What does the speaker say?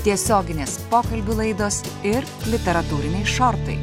tiesioginės pokalbių laidos ir literatūriniai šortai